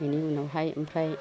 बेनि उनावहाय आमफ्राय